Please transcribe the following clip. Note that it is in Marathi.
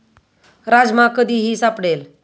राजमा कधीही सापडेल